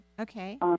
Okay